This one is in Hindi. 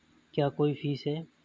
क्या कोई फीस है?